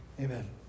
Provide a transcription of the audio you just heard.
Amen